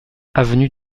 avenue